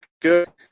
good